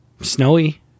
snowy